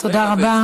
תודה רבה.